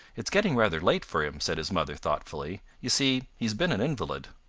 it's getting rather late for him, said his mother thoughtfully. you see he's been an invalid.